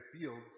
fields